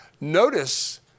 Notice